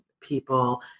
people